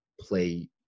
play